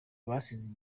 basize